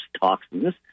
toxins